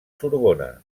sorbona